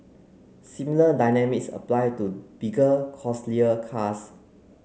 similar dynamics apply to bigger costlier cars